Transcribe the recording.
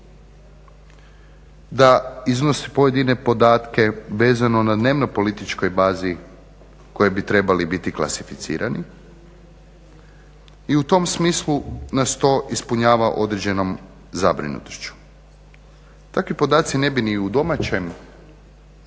da iznosi pojedine podatke vezane na dnevno političkoj bazi koji bi trebali biti klasificirani. I u tom smislu nas to ispunjava određenom zabrinutošću. Takvi podaci ne bi ni u domaćem